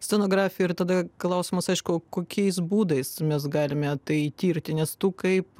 scenografiją ir tada klausimas aišku kokiais būdais mes galime tai tirti nes tu kaip